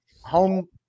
home